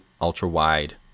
ultra-wide